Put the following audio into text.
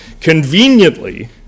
Conveniently